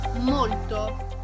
Molto